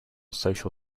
social